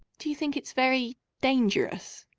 do you think it's very dangerous?